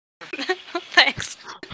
Thanks